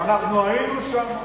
ואנחנו היינו שם.